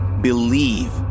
believe